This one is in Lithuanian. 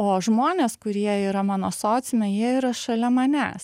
o žmonės kurie yra mano sociume jie yra šalia manęs